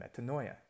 metanoia